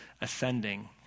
ascending